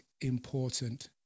important